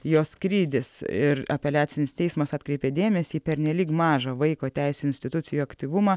jos skrydis ir apeliacinis teismas atkreipė dėmesį į pernelyg mažą vaiko teisių institucijų aktyvumą